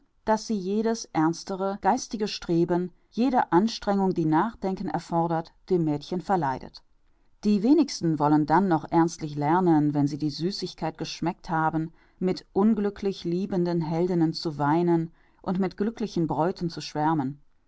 daß sie jedes ernstere geistige streben jede anstrengung die nachdenken erfordert dem mädchen verleidet die wenigsten wollen dann noch ernstlich lernen wenn sie die süßigkeit geschmeckt haben mit unglücklich liebenden heldinnen zu weinen und mit glücklichen bräuten zu schwärmen